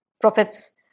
prophet's